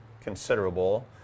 considerable